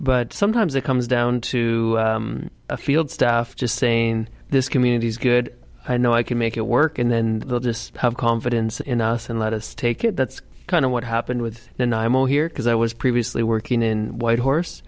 but sometimes it comes down to a field staff just saying this community is good i know i can make it work and then they'll just have confidence in us and let us take it that's kind of what happened with then imo here because i was previously working in white horse